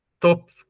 top